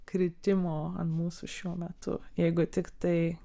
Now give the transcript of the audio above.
kritimo ant mūsų šiuo metu jeigu tiktai